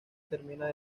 termina